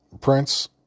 Prince